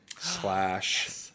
Slash